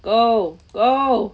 oh !whoa!